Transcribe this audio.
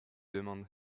demande